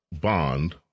bond